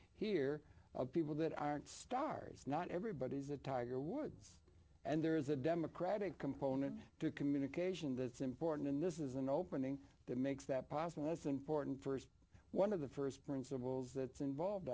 here of people that aren't stars not everybody is a tiger woods and there's a democratic component to communication that's important and this is an opening that makes that possible that's important st one of the st principles that's involved